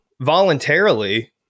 voluntarily